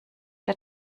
der